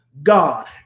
God